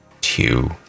two